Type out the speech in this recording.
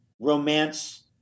romance